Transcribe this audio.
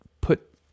put